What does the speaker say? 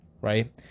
Right